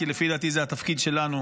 כי לפי דעתי זה התפקיד שלנו,